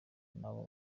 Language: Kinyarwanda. n’abo